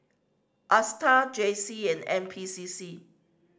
Astar J C and N P C C